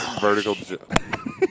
vertical